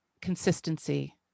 consistency